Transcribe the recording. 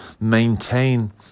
maintain